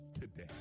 today